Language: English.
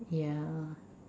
yeah